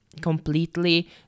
completely